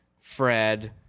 Fred